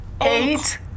Eight